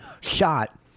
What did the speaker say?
shot